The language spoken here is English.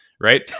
right